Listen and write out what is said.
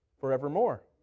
forevermore